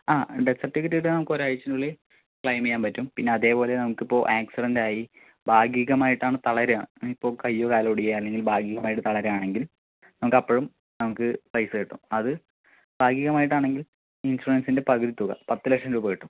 ആ death certificate കിട്ടിയാൽ നമക്കൊരാഴ്ചയ്ക്കുള്ളിൽ ക്ലെയിമെയ്യാൻ പറ്റും പിന്നെ അതേപോലെ അപ്പോൾ ആക്സിഡന്റായി ഭാഗികമായിട്ടാണ് തളരാണ് ഇപ്പോൾ കയ്യോ കാലോ ഒടിയാ അല്ലെങ്കിൽ ഭാഗികമായിട്ട് തളരാണെങ്കിൽ നമക്ക് അപ്പഴും നമുക്ക് പൈസ കിട്ടും അത് ഭാഗികമായിട്ടാണെങ്കിൽ ഇൻഷൂറൻസിൻ്റെ പകുതി തുക പത്ത് ലക്ഷം രൂപ കിട്ടും